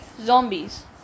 zombies